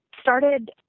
started